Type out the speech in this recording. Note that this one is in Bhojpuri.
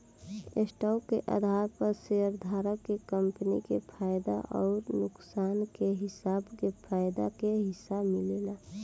स्टॉक के आधार पर शेयरधारक के कंपनी के फायदा अउर नुकसान के हिसाब से फायदा के हिस्सा मिलेला